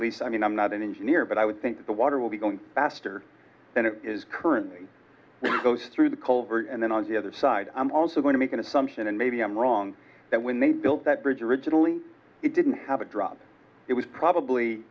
least i mean i'm not an engineer but i would think the water will be going faster than it is currently goes through the culvert and then on the other side i'm also going to make an assumption and maybe i'm wrong that when they built that bridge originally it didn't have a drop it was probably